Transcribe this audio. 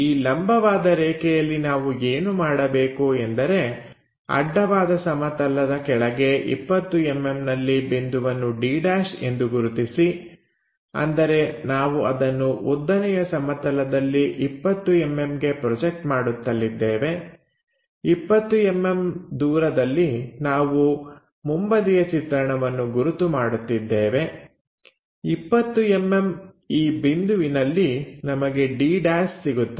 ಈ ಲಂಬವಾದ ರೇಖೆಯಲ್ಲಿ ನಾವು ಏನು ಮಾಡಬೇಕು ಎಂದರೆ ಅಡ್ಡವಾದ ಸಮತಲದ ಕೆಳಗೆ 20mm ನಲ್ಲಿ ಬಿಂದು d' ಅನ್ನು ಗುರುತಿಸಿ ಅಂದರೆ ನಾವು ಅದನ್ನು ಉದ್ದನೆಯ ಸಮತಲದಲ್ಲಿ 20mm ಗೆ ಪ್ರೊಜೆಕ್ಟ್ ಮಾಡುತ್ತಲಿದ್ದೇವೆ 20mm ದೂರದಲ್ಲಿ ನಾವು ಮುಂಬದಿಯ ಚಿತ್ರಣವನ್ನು ಗುರುತು ಮಾಡುತ್ತಿದ್ದೇವೆ 20mm ಈ ಬಿಂದುವಿನಲ್ಲಿ ನಮಗೆ d' ಸಿಗುತ್ತದೆ